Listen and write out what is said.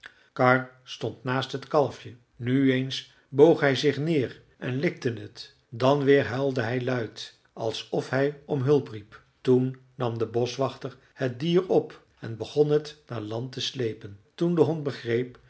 karr stond naast het kalfje nu eens boog hij zich neer en likte het dan weer huilde hij luid alsof hij om hulp riep toen nam de boschwachter het dier op en begon het naar land te sleepen toen de hond begreep